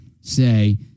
say